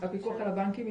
לפיקוח על הבנקים.